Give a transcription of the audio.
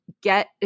get